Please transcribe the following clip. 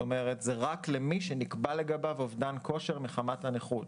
כלומר זה רק למי שנקבע לגביו אובדן כושר מחמת הנכות.